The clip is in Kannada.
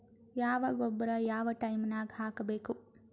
ಯಾವ ಗೊಬ್ಬರ ಯಾವ ಟೈಮ್ ನಾಗ ಹಾಕಬೇಕು?